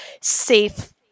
safe